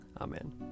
Amen